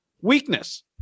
Weakness